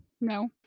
No